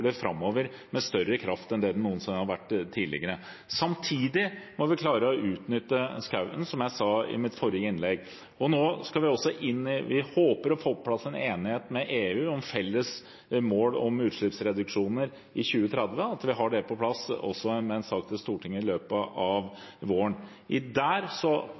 det framover med større kraft enn noensinne tidligere. Samtidig må vi klare å utnytte skogen, som jeg sa i mitt forrige innlegg. Vi håper å få på plass en enighet med EU om felles mål om utslippsreduksjoner i 2030 – at vi får det på plass, også med en sak til Stortinget i løpet av våren. I